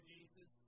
Jesus